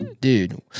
dude